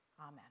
amen